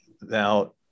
now